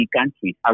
countries